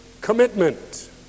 commitment